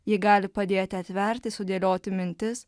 ji gali padėti atverti sudėlioti mintis